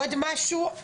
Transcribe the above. עוד משהו?